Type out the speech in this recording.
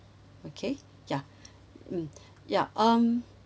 okay ya mm yup um